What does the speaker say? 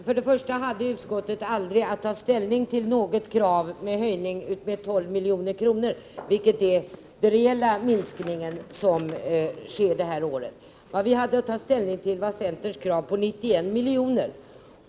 Herr talman! Utskottet hade aldrig att ta ställning till något krav på höjning med 12 milj.kr.; detta är beloppet för den reella minskning som sker det här året. Vad vi hade att ta ställning till var centerns krav på 91 miljoner.